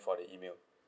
for the email